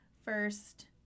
first